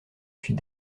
suis